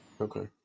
Okay